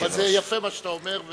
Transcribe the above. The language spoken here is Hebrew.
אבל זה יפה מה שאתה אומר,